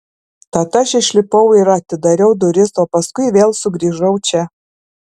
tad aš išlipau ir atidariau duris o paskiau vėl sugrįžau čia